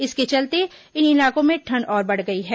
इसके चलते इन इलाकों में ठंड और बढ़ गई है